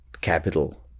capital